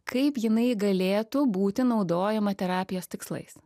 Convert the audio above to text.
kaip jinai galėtų būti naudojama terapijos tikslais